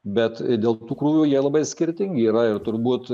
bet dėl tų krūvių jie labai skirtingi yra ir turbūt